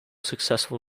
successful